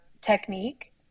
technique